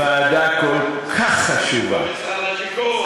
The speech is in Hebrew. בוועדת הכספים, ועדה כל כך חשובה, במשרד השיכון.